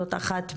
זאת אחת מהן.